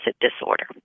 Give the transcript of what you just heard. disorder